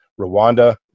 Rwanda